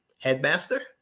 headmaster